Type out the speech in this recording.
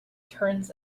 turns